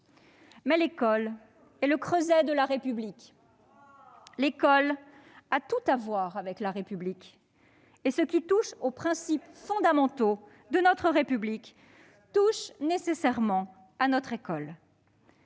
L'école est le creuset de la République. L'école a tout à voir avec la République, et ce qui touche aux principes fondamentaux de notre République touche nécessairement à notre école.